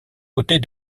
côtés